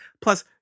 plus